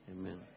Amen